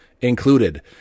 included